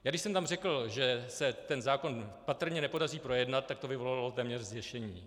Když jsem tam řekl, že se ten zákon patrně nepodaří projednat, tak to vyvolalo téměř zděšení.